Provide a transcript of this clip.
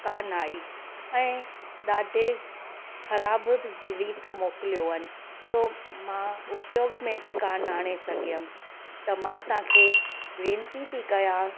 कान आई ऐं ॾाढे ख़राबु रीति मोकिलियोंनि सो मां उपयोगु में बि कान आणे सघियमि त मां तव्हांखे वेनती थी कयां